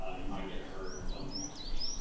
ah you might get hurt. don't come after me.